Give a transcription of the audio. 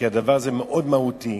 כי הדבר הזה מאוד מהותי.